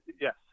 yes